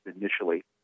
initially